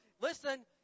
Listen